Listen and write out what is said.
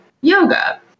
yoga